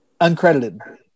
Uncredited